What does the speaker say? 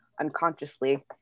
unconsciously